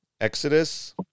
Exodus